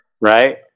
right